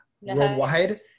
worldwide